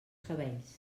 cabells